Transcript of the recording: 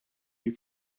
you